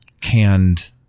canned